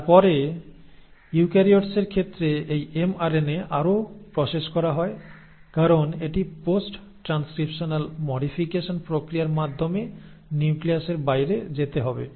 তারপরে ইউক্যারিওটসের ক্ষেত্রে এই এমআরএনএ আরও প্রসেস করা হয় কারণ এটি পোস্ট ট্রান্সক্রিপশনাল মডিফিকেশন প্রক্রিয়ার মাধ্যমে নিউক্লিয়াসের বাইরে যেতে হবে